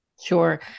sure